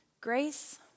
Grace